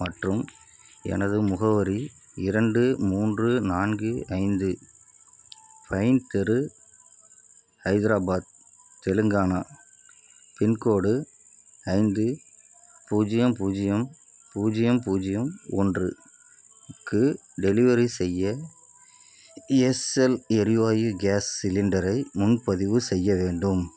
மற்றும் எனது முகவரி இரண்டு மூன்று நான்கு ஐந்து ஃபைன் தெரு ஹைதராபாத் தெலுங்கானா பின்கோடு ஐந்து பூஜ்ஜியம் பூஜ்ஜியம் பூஜ்ஜியம் பூஜ்ஜியம் ஒன்று க்கு டெலிவரி செய்ய எஸ்எல் எரிவாயு கேஸ் சிலிண்டரை முன்பதிவு செய்ய வேண்டும்